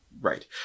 Right